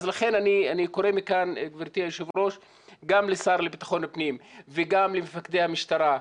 לכן אני קורא מכאן גבירתי היו"ר גם לשר לביטחון פנים וגם למפקדי המשטרה,